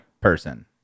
person